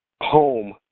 home